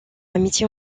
amitié